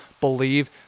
believe